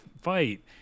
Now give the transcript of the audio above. fight